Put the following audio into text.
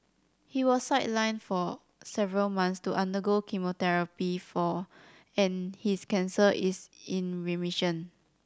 he was sidelined for several months to undergo chemotherapy for and his cancer is in remission